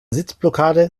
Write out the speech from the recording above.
sitzblockade